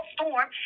Storm